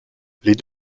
les